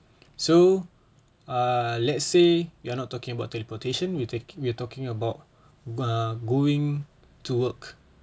so err let's say you are not talking about teleportation you take~ you are talking about err going to work